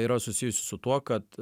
yra susijusi su tuo kad